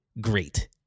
great